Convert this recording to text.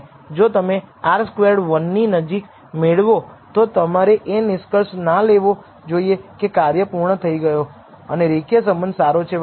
જો તમે R squared 1 ની નજીક મેળવો તો તમારે એ નિષ્કર્ષ ના લેવો જોઈએ કે કાર્ય પૂર્ણ થઈ ગયો અને રેખીય સંબંધ સારો છે વગેરે